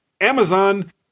Amazon